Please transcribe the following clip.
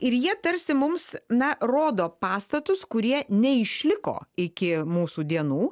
ir jie tarsi mums na rodo pastatus kurie neišliko iki mūsų dienų